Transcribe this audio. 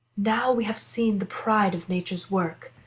now we have seen the pride of nature's work,